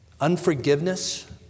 unforgiveness